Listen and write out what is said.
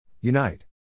Unite